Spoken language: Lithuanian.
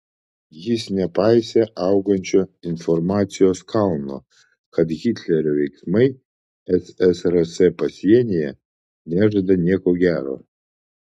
jis nepaisė augančio informacijos kalno kad hitlerio veiksmai ssrs pasienyje nežada nieko gero